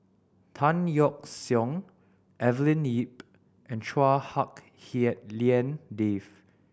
Tan Yeok Seong Evelyn Lip and Chua Hak Lien Dave